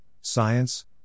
science